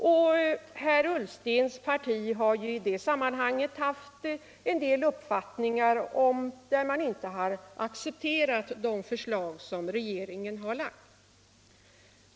Också från herr Ullstens parti har ju i det sammanhanget anförts en del uppfattningar som inte ligger i linje med regeringsförslagen.